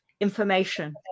information